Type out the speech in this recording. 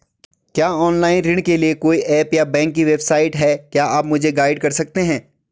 क्या ऑनलाइन ऋण के लिए कोई ऐप या बैंक की वेबसाइट है क्या आप मुझे गाइड कर सकते हैं?